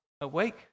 awake